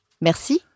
Merci